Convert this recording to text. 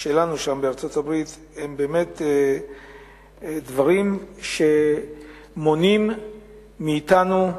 שלנו שם בארצות-הברית הם באמת דברים שמונעים מאתנו,